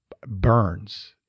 burns